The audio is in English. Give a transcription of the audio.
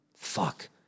fuck